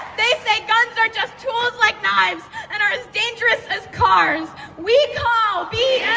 they say guns are just tools like knives and are as dangerous as cars we call bs